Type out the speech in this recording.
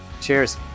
Cheers